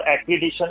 acquisition